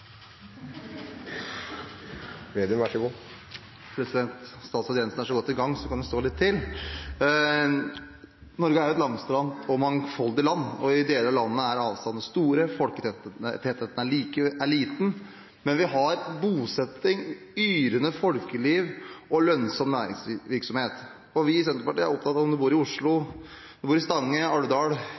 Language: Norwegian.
så godt i gang, kan hun stå litt til! Norge er et langstrakt og mangfoldig land. I deler av landet er avstandene store og folketettheten liten, men vi har bosetting, et yrende folkeliv og lønnsom næringsvirksomhet. Vi i Senterpartiet er opptatt av at om du bor i Oslo, i Stange, i Alvdal